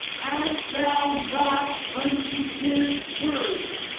add thou not unto his words,